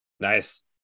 Nice